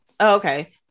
Okay